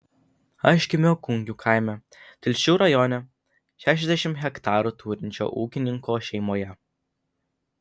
aš gimiau kungių kaime telšių rajone šešiasdešimt hektarų turinčio ūkininko šeimoje